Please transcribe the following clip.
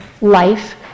life